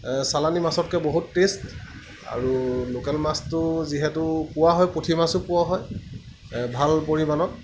চালানি মাছতকৈ বহুত টেষ্ট আৰু লোকেল মাছটো যিহেতু পোৱা হয় পুঠি মাছো পোৱা হয় ভাল পৰিমাণত